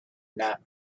not